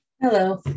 Hello